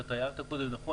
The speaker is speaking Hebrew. שאתה הערת קודם נכון,